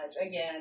Again